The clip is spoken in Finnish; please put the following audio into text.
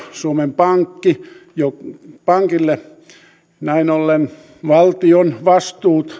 suomen pankille näin ollen valtion